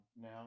now